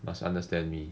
must understand me